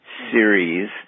series